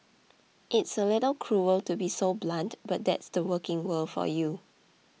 it's a little cruel to be so blunt but that's the working world for you